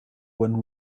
when